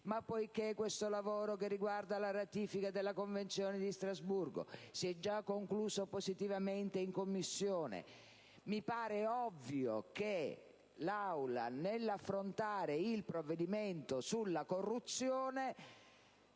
poiché questo lavoro che riguarda la ratifica della Convenzione di Strasburgo si è già concluso positivamente in Commissione, non è forse ovvio che l'Assemblea, nell'affrontare il provvedimento sulla corruzione,